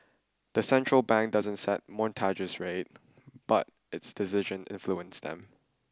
the central bank doesn't set mortgage rates but its decisions influence them